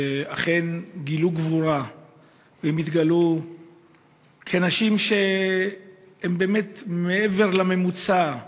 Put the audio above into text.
שאכן גילו גבורה והתגלו כאנשים שהם באמת מעבר לממוצע,